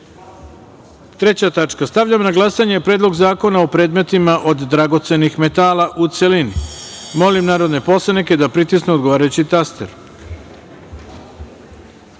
akreditaciji. Stavljam na glasanje Predlog zakona o predmetima od dragocenih metala, u celini. Molim narodne poslanike da pritisnu odgovarajući